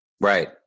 Right